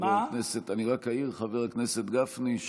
חבר הכנסת גפני,